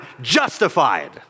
Justified